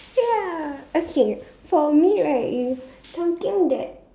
ya okay for me right is something that